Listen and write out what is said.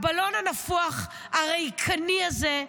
הבלון הנפוח, הריקני הזה,